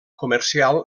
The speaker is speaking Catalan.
comercial